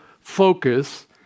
focus